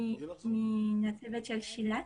- מאנשי הצוות של שילת,